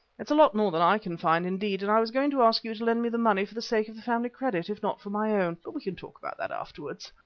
it's a lot more than i can find, indeed, and i was going to ask you to lend me the money for the sake of the family credit, if not for my own. but we can talk about that afterwards.